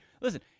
listen